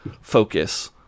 Focus